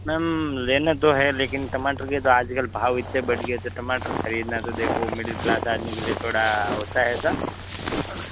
ma'am लेना तो है लेकिन टमाटर के तो आजकल भाव इतने बढ़ गए है कि टमाटर खरीदना तो देखो मिडल क्लास आदमी के लिए थोड़ा होता है ऐसा